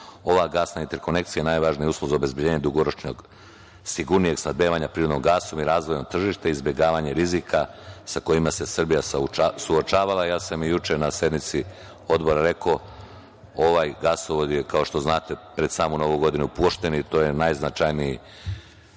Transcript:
Ova gasna interkonekcija je najvažniji uslov za obezbeđenje dugoročnog sigurnijeg snabdevanja prirodnog gasa i razvojem tržišta izbegavanje rizika sa kojima se Srbija suočavala. Ja sam i juče na sednici Odbora rekao, ovaj gasovod je, kao što znate, pred samu novu godinu pušten i to je najznačajniji